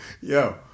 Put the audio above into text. yo